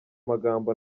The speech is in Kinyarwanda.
magambo